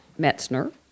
Metzner